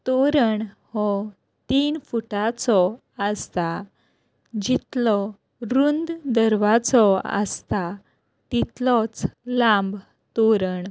तोरण हो तीन फुटाचो आसता जितलो रुंद दरवाजो आसता तितलोच लांब तोरण